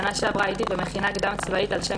בשנה שעברה הייתי במכינה קדם צבאית על שם